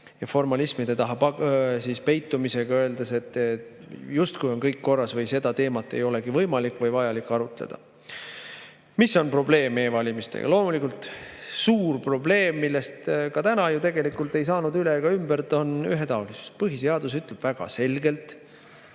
formalismide taha peitumisega, öeldes, et kõik on justkui korras või seda teemat ei olegi võimalik või vajalik arutleda. Mis on probleem e-valimistega? Loomulikult suur probleem, millest ka täna ju tegelikult ei saanud üle ega ümber, on ühetaolisus. Põhiseadus ütleb väga selgelt,